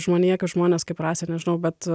žmonija kad žmonės kaip rasė nežinau bet